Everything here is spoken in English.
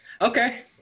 Okay